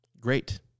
great